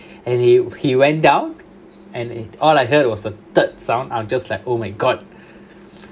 and he he went down and all I heard was the sound I'm just like oh my god